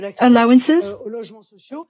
allowances